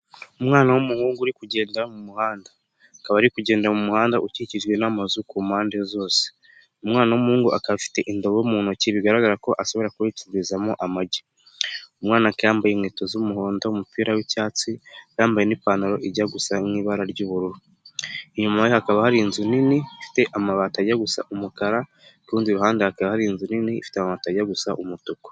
Umwana w'umuhungu uri kugenda mu muhanda, akaba ari kugenda mu muhanda ukikijwe n'amazu ku mpande zose. Umwana wumuhungu aka afite indobo mu ntoki, bigaragara ko ashobora kuba acururizamo amagi, umwana yambaye inkweto z'umuhondo, umupira w'icyatsi, yambaye n'ipantaro ijya gusa nki'ibara ry'ubururu. Inyuma hakaba hari inzu nini ifite amabati ajya gusa umukara, kurundi ruhande hakaba hari inzu nini ifite amabati ajya gusa umutuku.